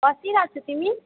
बसिरहेछु तिमी